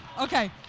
Okay